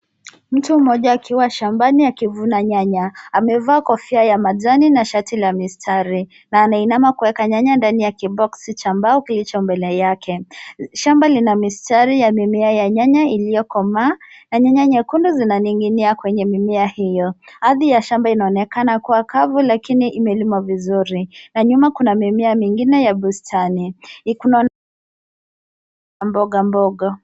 Mtu mmoja akiwa shambani akivuna nyanya, amevaa kofia ya majani na shati ya mistari